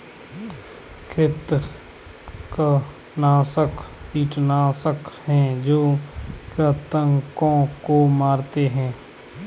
कृंतकनाशक कीटनाशक हैं जो कृन्तकों को मारते हैं